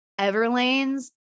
Everlane's